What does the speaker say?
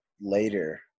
later